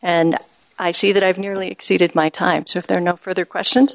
and i see that i've nearly exceeded my time so if they're not for their question